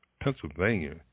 Pennsylvania